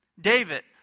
David